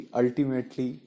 ultimately